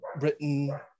written